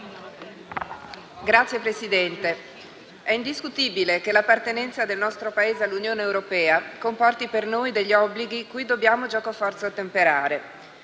colleghi, è indiscutibile che l'appartenenza del nostro Paese all'Unione europea comporti per noi degli obblighi cui dobbiamo giocoforza ottemperare.